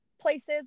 places